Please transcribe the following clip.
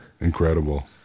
incredible